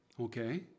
Okay